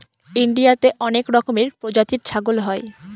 ইন্ডিয়াতে অনেক রকমের প্রজাতির ছাগল হয়